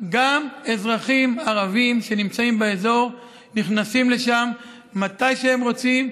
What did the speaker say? גם אזרחים ערבים שנמצאים באזור נכנסים לשם מתי שהם רוצים.